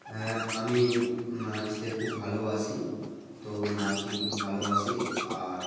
হ্যাঁ আমি নাচতে খুব ভালোবাসি তো নাচকে খুব ভালোবাসি আর